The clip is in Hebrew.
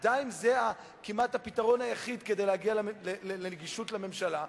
עדיין זה כמעט הפתרון היחיד כדי להגיע לנגישות לממשלה,